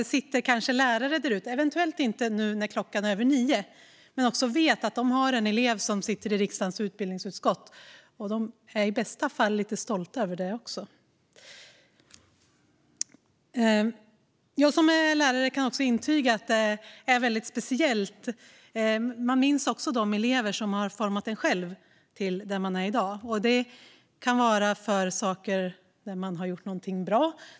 Det sitter kanske också lärare där ute - kanske inte nu när klockan är över 9 - och vet att de har en elev som sitter i riksdagens utbildningsutskott, och de är i bästa fall lite stolta över det också. Jag som är lärare kan intyga att det är speciellt också för lärare. Man minns de elever som format en själv till den man är i dag. Det kan handla om att man har gjort något bra.